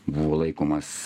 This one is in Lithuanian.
buvo laikomas